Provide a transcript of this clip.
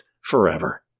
forever